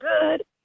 good